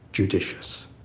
judicious.